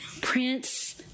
Prince